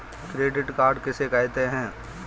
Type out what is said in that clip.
Credit card किसे कहते हैं?